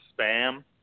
spam